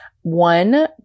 One